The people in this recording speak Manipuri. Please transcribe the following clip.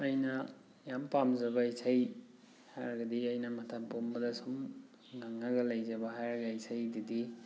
ꯑꯩꯅ ꯌꯥꯝ ꯄꯥꯝꯖꯕ ꯏꯁꯩ ꯍꯥꯏꯔꯒꯗꯤ ꯑꯩꯅ ꯃꯇꯝ ꯄꯨꯝꯕꯗ ꯁꯨꯝ ꯉꯪꯉꯒ ꯂꯩꯖꯕ ꯍꯥꯏꯔꯒ ꯏꯁꯩꯗꯨꯗꯤ